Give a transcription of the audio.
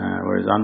Whereas